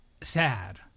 sad